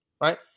right